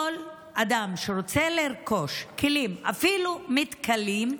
כל אדם שרוצה לרכוש כלים, אפילו מתכלים,